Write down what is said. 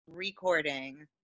recording